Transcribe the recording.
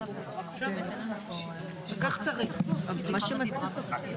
צורך כמובן שהדברים יטופלו במקביל.